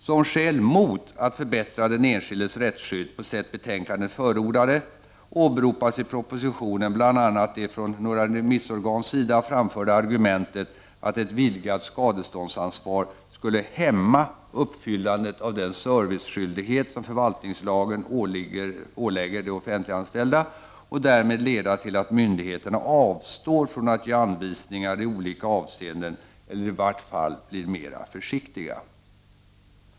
Som skäl mot att förbättra den enskildes rättsskydd på sätt betänkandet förordade åberopas i propositionen bl.a. det från några remissorgans sida framförda argumentet att ett vidgat skadeståndsansvar skulle hämma uppfyllandet av den serviceskyldighet som förvaltningslagen ålägger de offentliganställda och därmed leda till att myndigheterna avstår från att ge anvisningar i olika avseenden eller i vart fall blir mer försiktiga.